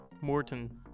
Morton